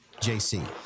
JC